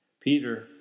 Peter